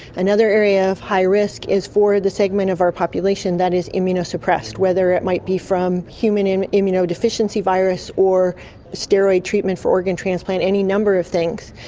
another area of high risk is for the segment of our population that is immunosupressed, whether it might be from human and immunodeficiency virus or steroid treatment for organ transplant, any number of things.